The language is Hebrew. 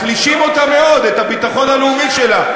מחלישים אותה מאוד, את הביטחון הלאומי שלה.